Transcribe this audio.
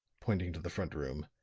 pointing to the front room,